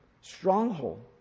stronghold